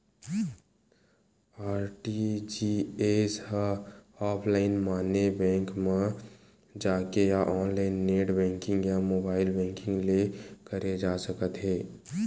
RTGS ह offline माने bank म जाके या ऑनलाईन नेट बेंकिंग या मोबाईल बेंकिंग ले करे जा सकत हे